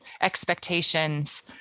expectations